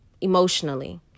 emotionally